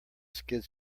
skid